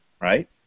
right